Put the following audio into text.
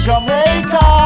Jamaica